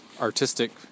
artistic